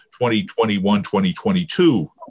2021-2022